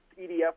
EDF